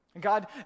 God